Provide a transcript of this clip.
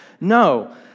No